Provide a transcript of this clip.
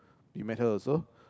we met her also